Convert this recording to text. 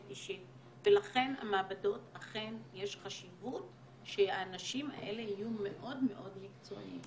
אישית ולכן במעבדות יש חשיבות שהאנשים אלה יהיו מאוד מאוד מקצועיים